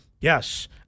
Yes